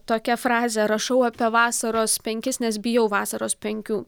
tokia frazė rašau apie vasaros penkis nes bijau vasaros penkių